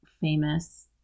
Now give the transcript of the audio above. famous